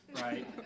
right